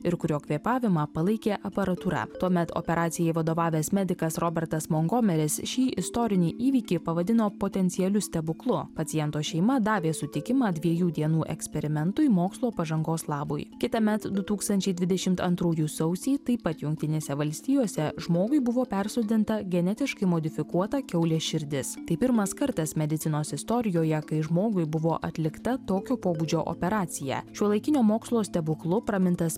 ir kurio kvėpavimą palaikė aparatūra tuomet operacijai vadovavęs medikas robertas montgomeris šį istorinį įvykį pavadino potencialiu stebuklu paciento šeima davė sutikimą dviejų dienų eksperimentui mokslo pažangos labui kitąmet du tūkstančiai dvidešimt antrųjų sausį taip pat jungtinėse valstijose žmogui buvo persodinta genetiškai modifikuota kiaulės širdis tai pirmas kartas medicinos istorijoje kai žmogui buvo atlikta tokio pobūdžio operacija šiuolaikinio mokslo stebuklu pramintas